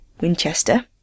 Winchester